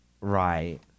right